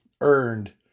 earned